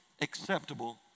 acceptable